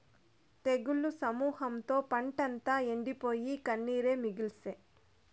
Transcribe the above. తెగుళ్ల సమూహంతో పంటంతా ఎండిపోయి, కన్నీరే మిగిల్సే